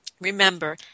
remember